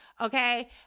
okay